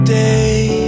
day